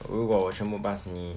如果我全部 pass 你